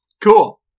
Cool